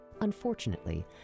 Unfortunately